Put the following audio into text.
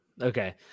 Okay